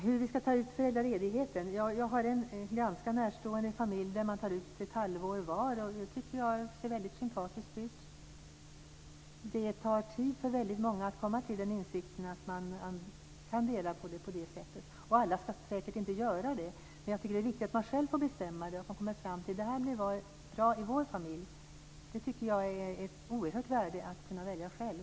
Hur vi ska ta ut föräldraledigheten var frågan. Jag har en ganska närstående familj där man tar ut ett halvår var. Det tycker jag ser väldigt sympatiskt ut. Det tar tid för väldigt många att komma till insikten att man kan dela på föräldraledigheten på det sättet. Alla ska säkert inte göra det. Men jag tycker att det är viktigt att man själv får bestämma och komma fram till att det här blir bra i vår familj. Jag tycker att det har ett oerhört värde att kunna välja själv.